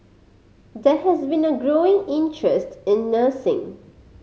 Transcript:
there has been a growing interest in nursing